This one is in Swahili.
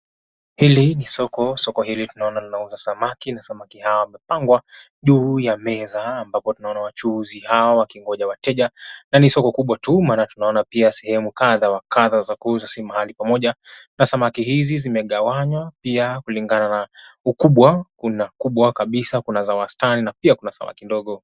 Hili ni soko. Soko hili tunaona linauza samaki na samaki hawa wamepangwa juu ya meza ambapo tunaona wachuuzi hao wakingoja wateja na ni soko kubwa tu maana tunaona pia sehemu kadha wa kadha za kuuza si mahali pamoja na samaki hizi zimegawanywa pia kulingana na ukubwa. Kuna kubwa kabisa, kuna za wastani na pia kuna samaki ndogo.